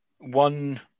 one